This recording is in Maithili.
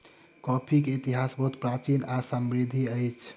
कॉफ़ी के इतिहास बहुत प्राचीन आ समृद्धि अछि